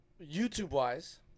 YouTube-wise